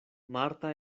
marta